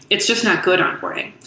it's just not good onboarding.